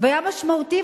והיה משמעותי,